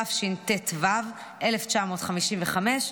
התשט"ו 1955,